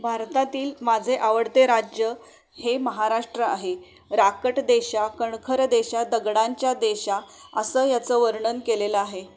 भारतातील माझे आवडते राज्य हे महाराष्ट्र आहे राकट देशा कणखर देशा दगडांच्या देशा असे याचे वर्णन केलेले आहे